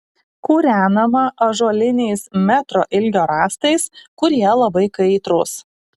kūrenama ąžuoliniais metro ilgio rąstais kurie labai kaitrūs